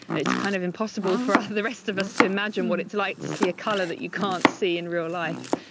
it's kind of impossible for the rest of us to imagine what it's like to see a colour that you can't see in real life.